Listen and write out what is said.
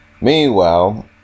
Meanwhile